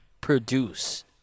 produce